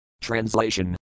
Translation